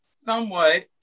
somewhat